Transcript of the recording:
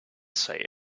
say